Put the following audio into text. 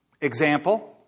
example